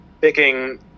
picking